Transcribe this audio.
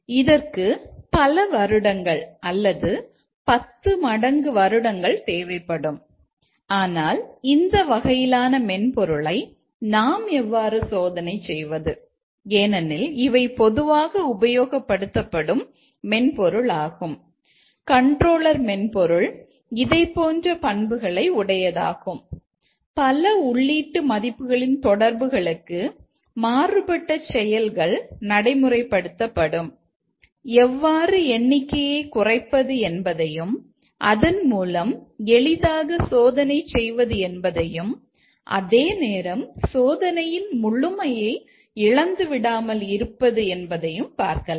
இதற்கு பல வருடங்கள் அல்லது 10 மடங்கு வருடங்கள் தேவைப்படும் ஆனால் இந்த வகையிலான மென்பொருளை நாம் எவ்வாறு சோதனை செய்வது ஏனெனில் இவை பொதுவாக உபயோகப்படுத்தப்படும் மென்பொருள் ஆகும் கண்ட்ரோலர் மென்பொருள் இதை போன்ற பண்புகளை உடையதாகும் பல உள்ளீட்டு மதிப்புகளின் தொடர்புகளுக்கு மாறுபட்ட செயல்கள் நடைமுறைப்படுத்தப்படும் எவ்வாறு எண்ணிக்கையை குறைப்பது என்பதையும் அதன் மூலம் எளிதாக சோதனை செய்வது என்பதையும் அதேநேரம் சோதனையின் முழுமையை இழந்து விடாமல் இருப்பது என்பதையும் பார்க்கலாம்